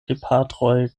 gepatroj